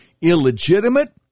illegitimate